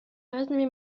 разными